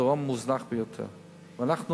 הדרום מוזנח ביותר ואנחנו,